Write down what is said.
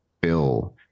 bill